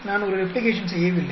நான் ஒரு ரெப்ளிகேஷன் செய்யவில்லை